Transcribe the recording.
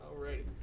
right.